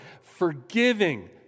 Forgiving